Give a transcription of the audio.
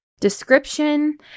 description